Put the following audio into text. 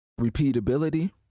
repeatability